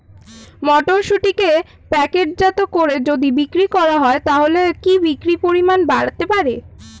মটরশুটিকে প্যাকেটজাত করে যদি বিক্রি করা হয় তাহলে কি বিক্রি পরিমাণ বাড়তে পারে?